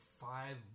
five